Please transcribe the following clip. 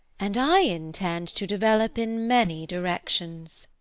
and i intend to develop in many directions.